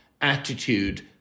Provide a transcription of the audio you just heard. attitude